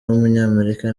w’umunyamerika